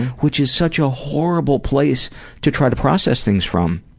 which is such a horrible place to try to process things from,